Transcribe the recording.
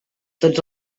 tots